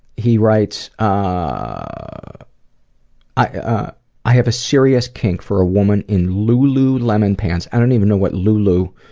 he writes ah i i have a serious kink for a women in lululemon pants i don't even know what lulu.